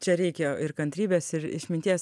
čia reikia ir kantrybės ir išminties